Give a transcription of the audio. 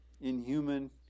inhuman